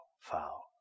foul